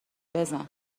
بزن